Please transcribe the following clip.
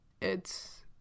It's-